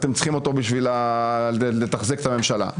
אתם צריכים אותו בשביל לתחזק את הממשלה.